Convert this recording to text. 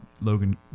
Logan